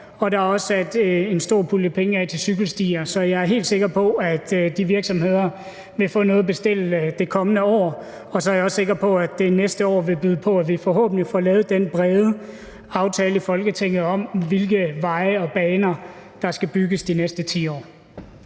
og der er afsat en stor pulje penge til cykelstier. Så jeg er helt sikker på, at de virksomheder vil få noget at bestille det kommende år, og så er jeg også sikker på, at det næste år vil byde på, at vi forhåbentlig får lavet den brede aftale i Folketinget om, hvilke veje og baner der skal bygges de næste 10 år.